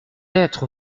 être